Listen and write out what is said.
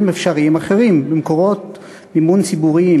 אפשריים אחרים במקורות מימון ציבוריים,